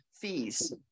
fees